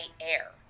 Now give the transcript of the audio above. air